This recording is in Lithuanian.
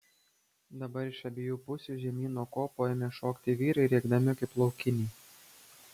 dabar iš abiejų pusių žemyn nuo kopų ėmė šokti vyrai rėkdami kaip laukiniai